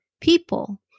people